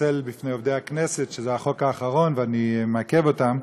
לפני עובדי הכנסת שזה החוק האחרון ואני מעכב אותם,